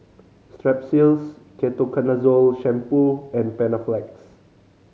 Strepsils Ketoconazole Shampoo and Panaflex